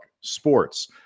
sports